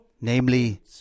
namely